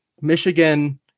Michigan